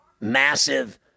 massive